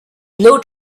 blow